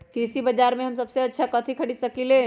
कृषि बाजर में हम सबसे अच्छा कथि खरीद सकींले?